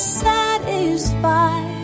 satisfied